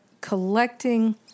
collecting